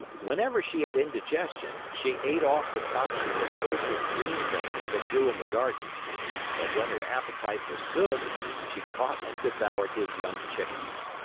whenever she had indigestion she ate off the tops of the choicest green things that grew in the garden but when her appetite was good she caught and devoured his young chickens.